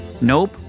Nope